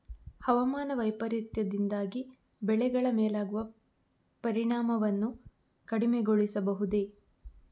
ಹವಾಮಾನ ವೈಪರೀತ್ಯದಿಂದಾಗಿ ಬೆಳೆಗಳ ಮೇಲಾಗುವ ಪರಿಣಾಮವನ್ನು ಕಡಿಮೆಗೊಳಿಸಬಹುದೇ?